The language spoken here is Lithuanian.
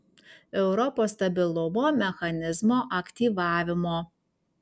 europos stabilumo mechanizmo aktyvavimo